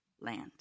land